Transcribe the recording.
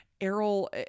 Errol